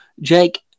Jake